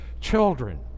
children